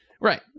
right